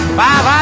five